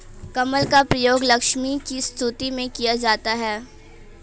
कमल का प्रयोग लक्ष्मी की स्तुति में किया जाता है